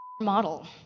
model